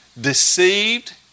deceived